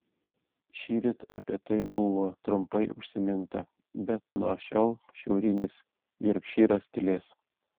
šįryt apie tai buvo trumpai užsiminta bet nuo šiol šiaurinis jorkšyras tylės